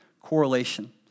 correlation